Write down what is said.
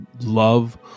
love